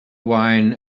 wine